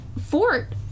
fort